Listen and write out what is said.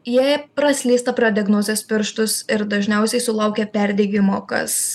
jie praslysta pro diagnozės pirštus ir dažniausiai sulaukia perdegimo kas